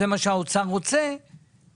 שזה מה שהאוצר רוצה,